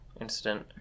incident